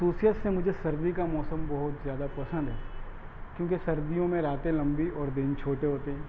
خصوصیت سے مجھے سردی کا موسم بہت زیادہ پسند ہے کیونکہ سردیوں میں راتیں لمبی اور دن چھوٹے ہوتے ہیں